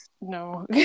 no